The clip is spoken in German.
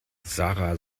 sarah